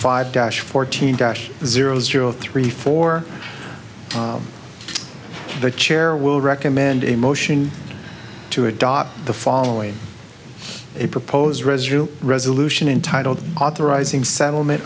five dash fourteen dash zero zero three four the chair will recommend a motion to adopt the following a proposed residue resolution in title authorizing settlement